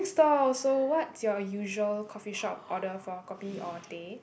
drink store so what's your usual coffee shop order for kopi or teh